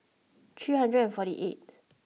three hundred and forty eighth